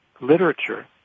literature